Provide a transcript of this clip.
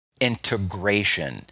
integration